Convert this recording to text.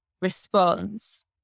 response